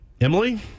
Emily